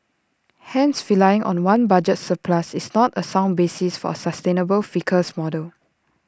hence relying on one budget surplus is not A sound basis for A sustainable fiscal model